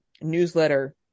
newsletter